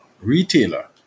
retailer